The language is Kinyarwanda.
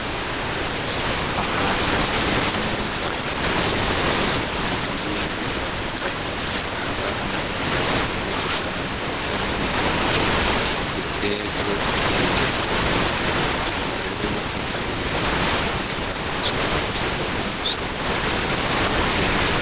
Ahantu hameze neza hagaragazwa n'ibintu bigiye bitandukanye, aha ngaha navuga nk'ibishushanyo by'amoko menshi ndetse biba bifite icyo bisigura, tugomba rero kwitabira umuco mwiza wo gusobanukirwa no gusoma ibirango by'amateka.